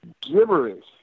gibberish